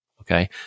Okay